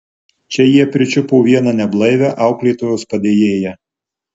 čia jie pričiupo vieną neblaivią auklėtojos padėjėją